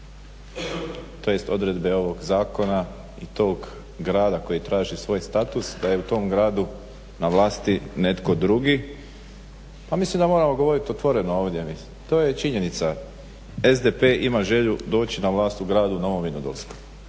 tj. odredbe ovog zakona i tog grada koji traži svoj status da je u tom gradu na vlasti netko drugi pa mislim da moramo govoriti otvoreno ovdje, to je činjenica. SDP ima želju doći na vlast u gradu Novom Vinodolskom.